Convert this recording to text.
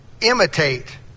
Imitate